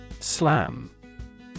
Slam